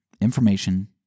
information